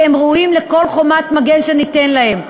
כי הם ראויים לכל חומת מגן שניתן להם.